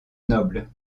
nobles